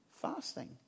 fasting